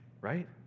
right